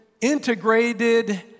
integrated